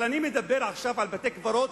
אבל אני מדבר עכשיו על בתי-קברות